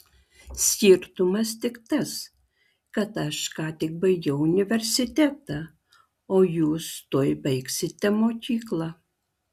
skirtumas tik tas kad aš ką tik baigiau universitetą o jūs tuoj baigsite mokyklą